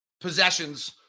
possessions